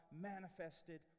manifested